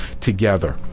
together